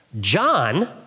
John